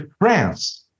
France